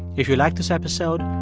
if you liked this episode,